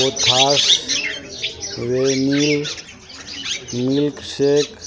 Kothas vanilla milkshake